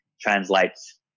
translates